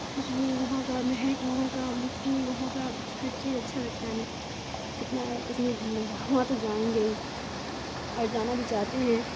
خوشبو وہاں کا مہک وہاں کا مٹی وہاں کا ہر چیز اچھا لگتا ہے ہمیں سپنا ہے کشمیر گھومنے کا وہاں تو جائیں گے ہی اور جانا بھی چاہتے ہیں